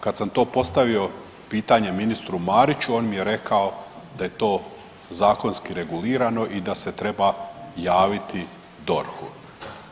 Kad sam to postavio pitanje ministru Mariću on mi je rekao da je to zakonski regulirano i da se treba javiti DORH-u.